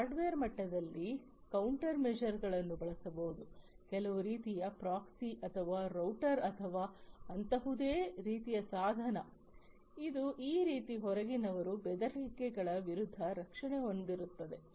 hardware ಮಟ್ಟದಲ್ಲಿ ಕೌಂಟರ್ಮೆಶರ್ಗಳನ್ನು ಬಳಸಬಹುದು ಕೆಲವು ರೀತಿಯ ಪ್ರಾಕ್ಸಿ ಅಥವಾ ರೂಟರ್ ಅಥವಾ ಅಂತಹುದೇ ರೀತಿಯ ಸಾಧನ ಇದು ಈ ರೀತಿಯ ಹೊರಗಿನವರ ಬೆದರಿಕೆಗಳ ವಿರುದ್ಧ ರಕ್ಷಣೆ ಹೊಂದಿರುತ್ತದೆ